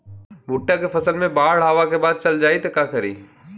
भुट्टा के फसल मे बाढ़ आवा के बाद चल जाई त का करी?